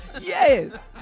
Yes